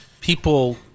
people